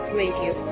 radio